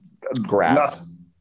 Grass